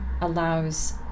allows